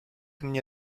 mnie